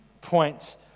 points